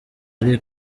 ari